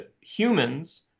humans